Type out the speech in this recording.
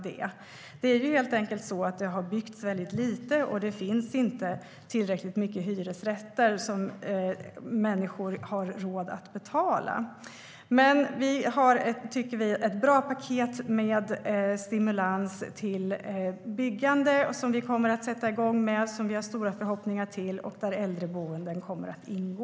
Det har helt enkelt byggts väldigt lite, och det finns inte tillräckligt mycket hyresrätter som människor har råd att betala för. Vi har dock, tycker vi, ett bra paket med stimulans till byggande som vi kommer att sätta igång med och som vi har stora förhoppningar med. Där kommer äldreboenden att ingå.